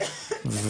סיכנו את